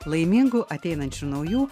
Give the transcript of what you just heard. laimingų ateinančių naujų